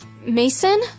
Mason